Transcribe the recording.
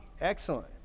Excellent